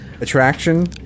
attraction